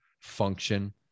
function